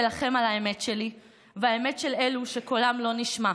אילחם על האמת שלי והאמת של אלו שקולם לא נשמע,